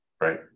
Right